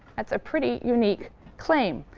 that's a pretty unique claim.